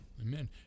Amen